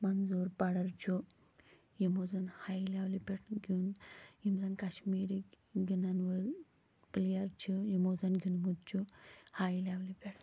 منظور پڈر چھُ یِمو زن ہاے لیولہِ پیٹھ گِیُند یِم زن کشمیٖرک گِنٛدان وٲلۍ پلیر چھِ یِمو زن گِیُندِمُت چھُ ہاے لیولہِ پیٹھ